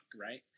right